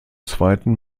zweiten